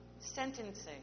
sentencing